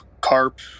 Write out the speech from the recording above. Carp